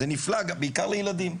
זה נפלא, בעיקר לילדים.